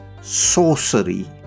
sorcery